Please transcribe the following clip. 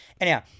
Anyhow